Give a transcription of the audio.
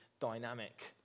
dynamic